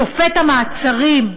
שופט המעצרים,